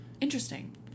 Interesting